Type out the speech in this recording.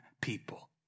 people